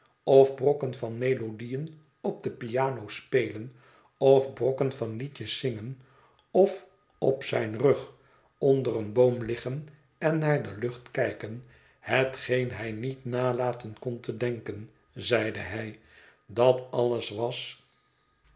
of brokken van melodieën op de piano spelen of brokken van liedjes zingen of op zijn rug onder een boom liggen en naar de lucht kijken hetgeen hij niet nalaten kon te denken zeide hij dat alles was